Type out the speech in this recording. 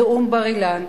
נאום בר-אילן.